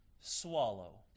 swallow